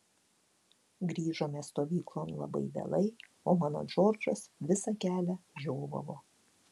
grįžome stovyklon labai vėlai o mano džordžas visą kelią žiovavo